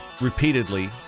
repeatedly